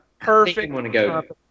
Perfect